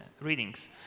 readings